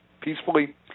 peacefully